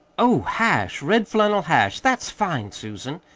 oh, hash red-flannel hash! that's fine, susan!